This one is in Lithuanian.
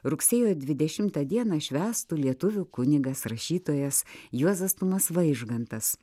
rugsėjo dvidešimtą dieną švęstų lietuvių kunigas rašytojas juozas tumas vaižgantas